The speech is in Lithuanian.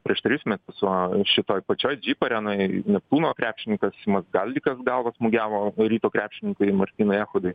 prieš tris metus su šitoj pačioj džyp arenoj neptūno krepšininkas simas galdikas galva smūgiavo ryto krepšininkai martynui echodui